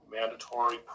mandatory